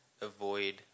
avoid